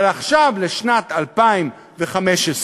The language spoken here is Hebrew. אבל עכשיו, לשנת 2015,